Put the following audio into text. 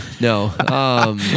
No